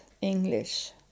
English